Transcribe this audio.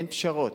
אין פשרות.